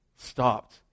stopped